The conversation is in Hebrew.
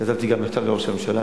כתבתי גם מכתב לראש הממשלה,